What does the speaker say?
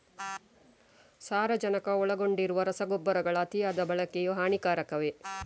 ಸಾರಜನಕ ಒಳಗೊಂಡಿರುವ ರಸಗೊಬ್ಬರಗಳ ಅತಿಯಾದ ಬಳಕೆಯು ಹಾನಿಕಾರಕವೇ?